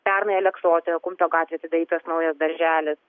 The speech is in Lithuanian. pernai aleksote kumpio gatvėj atidarytas naujas darželis